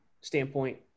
standpoint